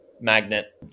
magnet